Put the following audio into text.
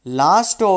last